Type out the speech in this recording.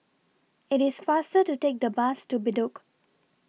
IT IS faster to Take The Bus to Bedok